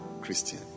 Christian